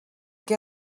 què